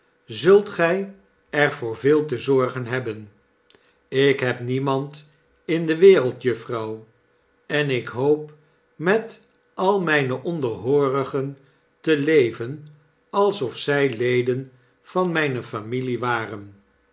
zult gy er voor veel te zorgen hebben ik heb demand in de werejd juffrouw en ik hoop met al rape onderhoorigen te leven alsof zy leden van myne familie waren